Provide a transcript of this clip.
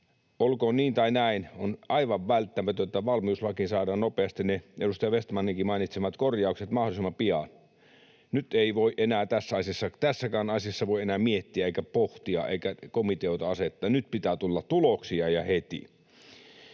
Olkoon niin tai näin, on aivan välttämätöntä valmiuslakiin saadaan nopeasti ne edustaja Vestmaninkin mainitsemat korjaukset, mahdollisimman pian. Nyt ei voi enää tässäkään asiassa miettiä eikä pohtia eikä komiteoita asettaa — nyt pitää tulla tuloksia ja heti.